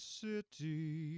city